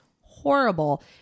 horrible